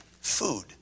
Food